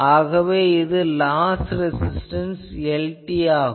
ஆகவே இது loss resistance Lr ஆகும்